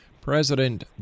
President